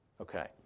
Okay